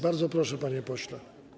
Bardzo proszę, panie pośle.